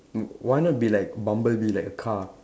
why not be like Bumblebee like a car